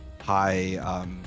high